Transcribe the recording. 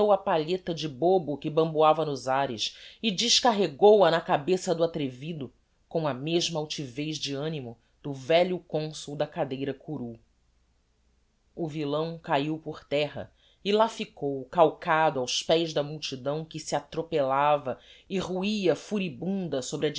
a palheta de bobo que bamboava nos ares e descarregou a na cabeça do atrevido com a mesma altivez de animo do velho consul da cadeira curul o villão cahiu por terra e lá ficou calcado aos pés da multidão que se atropellava e ruía furibunda sobre a